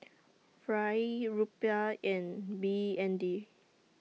Riel Rupiah and B N D